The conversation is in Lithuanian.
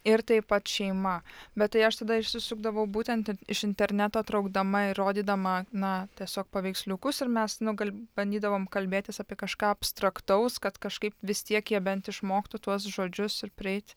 ir taip pat šeima bet tai aš tada išsisukdavau būtent iš interneto traukdama ir rodydama na tiesiog paveiksliukus ir mes nu gal bandydavom kalbėtis apie kažką abstraktaus kad kažkaip vis tiek jie bent išmoktų tuos žodžius ir prieiti